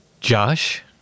Josh